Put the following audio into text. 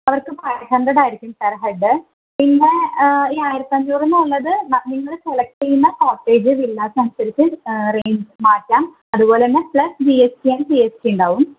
അവർക്ക് ഫൈ ഹൺഡ്രഡാരിക്കും per head പിന്നെ ഈ ആയിരത്തഞ്ഞൂറെന്നുള്ളത് നിങ്ങൾ സെലസിക്ററ് ചെയ്യുന്ന കോട്ടേജ് വില്ലാസന്സരിച്ച് റേറ്റ് മാറ്റാം അതുപോലെ തന്നെ plus G S T and C S ടിയുണ്ടാവും